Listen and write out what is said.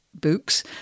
books